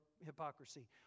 hypocrisy